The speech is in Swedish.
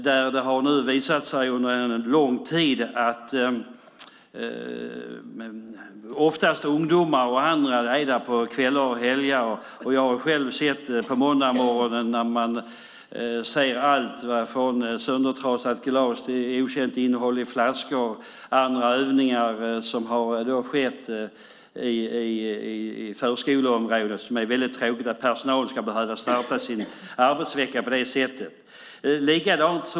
Det har visat sig under en lång tid att ungdomar och andra är där på kvällar och helger. Jag har själv på måndagsmorgonen sett allt från krossat glas till flaskor med okänt innehåll efter övningar som har skett inom förskoleområdet. Det är väldigt tråkigt att personalen ska behöva starta sin arbetsvecka på det sättet.